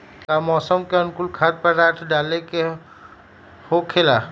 का मौसम के अनुकूल खाद्य पदार्थ डाले के होखेला?